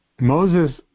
Moses